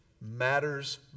matters